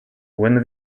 when